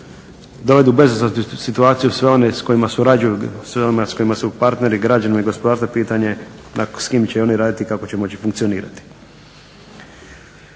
dovedu u bezizlaznu situaciju sve one s kojima surađuju, sve one s kojima su partneri, …/Govornik se ne razumije./… gospodarstva pitanje s kime će oni raditi i kako će moći funkcionirati.